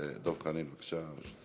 דב חנין, בבקשה.